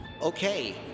Okay